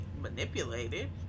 manipulated